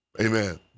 amen